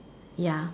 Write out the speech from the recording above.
ya